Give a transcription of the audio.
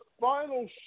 final